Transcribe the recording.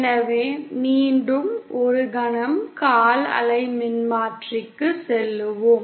எனவே மீண்டும் ஒரு கணம் கால் அலை மின்மாற்றிக்குச் செல்வோம்